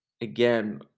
again